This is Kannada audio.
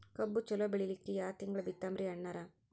ಕಬ್ಬು ಚಲೋ ಬೆಳಿಲಿಕ್ಕಿ ಯಾ ತಿಂಗಳ ಬಿತ್ತಮ್ರೀ ಅಣ್ಣಾರ?